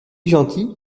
gentil